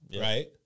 right